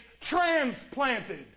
transplanted